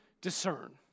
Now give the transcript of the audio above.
discern